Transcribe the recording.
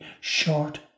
short